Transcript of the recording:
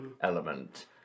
element